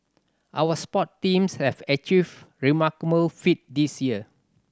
our sports teams have achieved remarkable feat this year